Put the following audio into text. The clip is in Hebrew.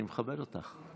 אני מכבד אותך.